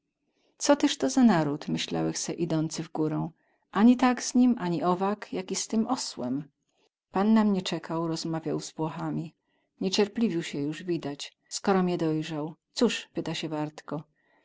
co tyz to za naród myślałech se idący w górą ani tak z nim ani owak jak i z tym osłem pan na mnie cekał rozmawiał z włochami niecierpliwił sie juz widać skoro mie dojzał coz pyta sie wartko